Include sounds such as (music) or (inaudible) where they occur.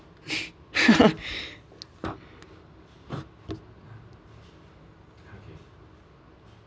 (laughs)